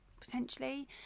potentially